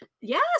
Yes